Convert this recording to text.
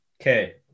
Okay